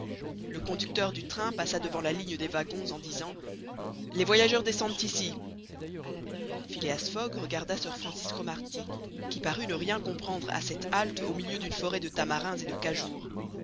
le conducteur du train passa devant la ligne des wagons en disant les voyageurs descendent ici phileas fogg regarda sir francis cromarty qui parut ne rien comprendre à cette halte au milieu d'une forêt de tamarins et de khajours